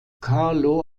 carlo